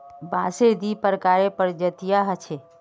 बांसेर दी प्रकारेर प्रजातियां ह छेक